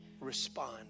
respond